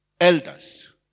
elders